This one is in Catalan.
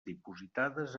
dipositades